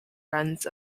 friends